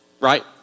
right